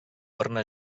torna